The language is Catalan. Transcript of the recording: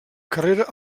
carrera